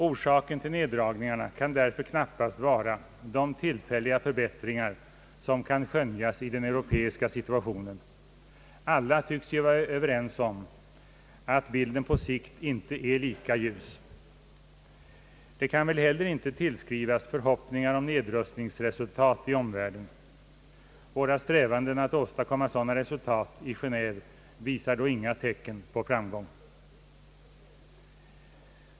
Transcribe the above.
Orsaken till neddragningarna kan väl därför knappast vara de tillfälliga förbättringar som kan skönjas i den europeiska situationen — alla tycks ju vara överens om att bilden på sikt inte är lika ljus. Det kan väl heller inte tillskrivas förhoppningar om nedrustningsresultat i omvärlden. Våra strävanden att åstadkomma sådana resultat i Genéve visar då inga tecken på framgång.